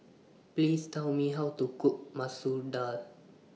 Please Tell Me How to Cook Masoor Dal